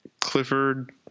Clifford